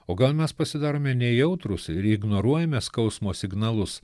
o gal mes pasidarome nejautrūs ir ignoruojame skausmo signalus